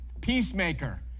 Peacemaker